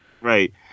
right